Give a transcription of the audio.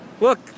Look